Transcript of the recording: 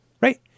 Right